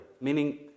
meaning